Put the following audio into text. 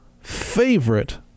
favorite